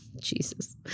Jesus